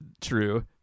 True